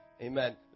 Amen